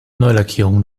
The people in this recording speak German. neulackierung